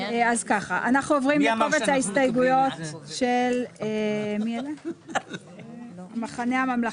אנחנו עוברים לקובץ ההסתייגויות של המחנה הממלכתי.